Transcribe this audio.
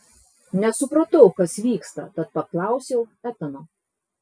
nesupratau kas vyksta tad paklausiau etano